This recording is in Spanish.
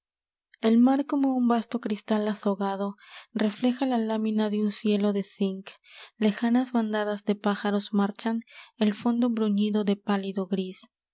el mar como un vasto cristal azogado refleja la lámina de un cielo de zinc lejanas bandadas de pájaros marchan el fondo bruñido de pálido gris el